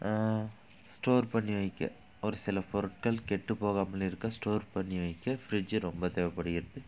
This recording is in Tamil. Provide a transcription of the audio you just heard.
ஸ்டோர் பண்ணி வைக்க ஒரு சில பொருட்கள் கெட்டுப் போகாமல் இருக்க ஸ்டோர் பண்ணி வைக்க பிரிட்ஜ்ஜு ரொம்ப தேவைப்படுகிறது